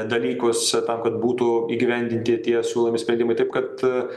dalykus tam kad būtų įgyvendinti tie siūlomi sprendimai taip kad